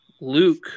Luke